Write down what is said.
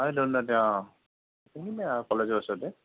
সেইখিনিতে আৰু কলেজৰ ওচৰতে